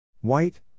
White